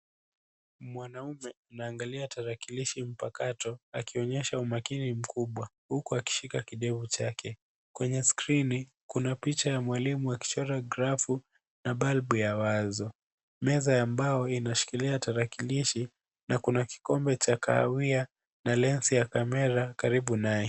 Mwanaume anaangalia tarakilishi mpakato akionyesha umakini mkubwa huku akishika kidevu chake, kwenye skrini kuna picha ya mwalimu akichora grafu na balbu ya wazo. Meza ambayo inashikilia tarakilishi na kuna kikombe cha kahawia na lensi ya kamera karibu naye.